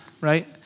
right